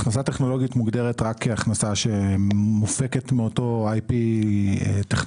הכנסה טכנולוגית מוגדרת רק כהכנסה שמופקת מאותו IP טכנולוגי.